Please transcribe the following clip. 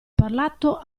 parlato